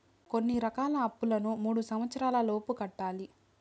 కొన్ని రకాల అప్పులను మూడు సంవచ్చరాల లోపు కట్టాలి